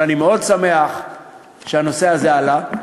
אבל אני מאוד שמח שהנושא הזה עלה.